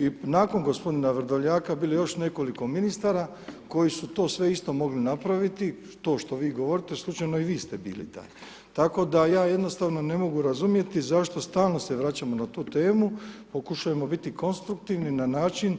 I nakon gospodina Vrdoljaka bilo je još nekoliko ministara koji su sve to isto mogli napraviti, to što vi govorite, slučajno i vi ste bili taj, tako da ja jednostavno ne mogu razumjeti zašto stalno se vraćamo na tu temu, pokušajmo biti konstruktivni na način